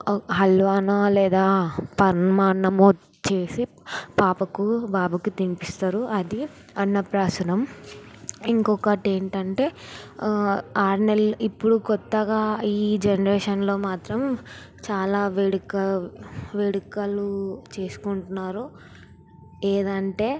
హల్వనో లేదా పరమాన్నము చేసి పాపకు బాబుకు తినిపిస్తారు అది అన్నప్రాసన ఇంకొకటి ఏంటంటే ఆరు నెలల ఇప్పుడు క్రొత్తగా ఈ జనరేషన్లో మాత్రం చాలా వేడుక వేడుకలు చేసుకుంటున్నారు ఏంటంటే